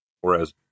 Whereas